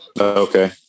Okay